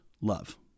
love